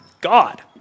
God